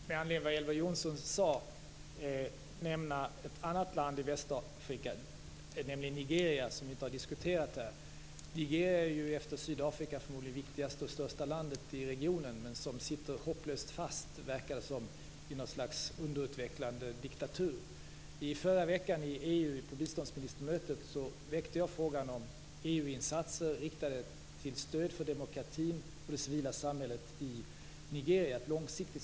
Fru talman! Jag vill med anledning av det Elver Jonsson sade nämna ett annat land i Västafrika, nämligen Nigeria, som vi inte har diskuterat här. Nigeria är efter Sydafrika förmodligen det viktigaste och största landet i regionen, men det verkar som om det sitter hopplöst fast i något slags underutvecklande diktatur. I förra veckans biståndsministermöte i EU väckte jag frågan om långsiktiga EU-insatser till stöd för demokratin och det civila samhället i Nigeria.